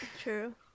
True